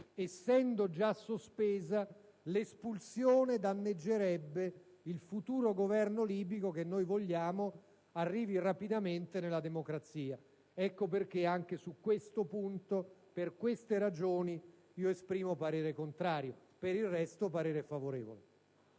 essendovi già questa sospensione, l'espulsione danneggerebbe il futuro Governo libico, che noi vogliamo arrivi rapidamente nella democrazia. Dunque anche su questo punto, per queste ragioni, esprimo parere contrario. Per il resto, esprimo parere favorevole.